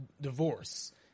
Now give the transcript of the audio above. divorce